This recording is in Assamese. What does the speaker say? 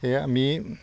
সেয়া আমি